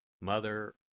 Mother